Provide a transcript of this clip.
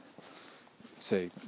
say